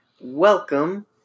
welcome